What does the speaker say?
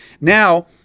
Now